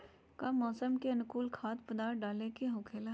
का मौसम के अनुकूल खाद्य पदार्थ डाले के होखेला?